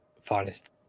finest